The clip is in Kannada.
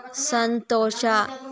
ಸಂತೋಷ